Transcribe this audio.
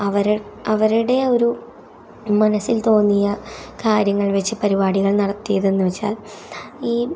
അവർ അവരുടെ ഒരു മനസ്സിൽ തോന്നിയ കാര്യങ്ങൾ വെച്ചു പരിപാടികൾ നടത്തിയതെന്നു വെച്ചാൽ ഈ